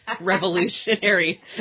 revolutionary